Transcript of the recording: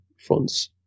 fronts